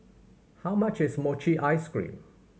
how much is mochi ice cream